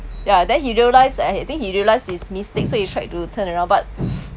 ya then he realised I I think he realised his mistake so he tried to turn around but